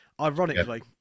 Ironically